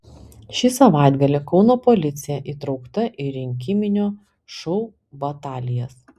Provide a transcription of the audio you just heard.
šį savaitgalį kauno policija įtraukta į rinkiminio šou batalijas